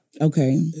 Okay